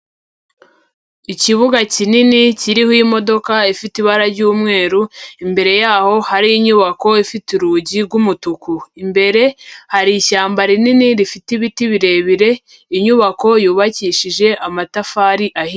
Ikibuga kinini kiriho imodoka ifite ibara ry'umweru, imbere yaho hari inyubako ifite urugi rw'umutuku. Imbere hari ishyamba rinini rifite ibiti birebire, inyubako yubakishije amatafari ahiye.